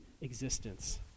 existence